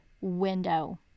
window